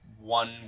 one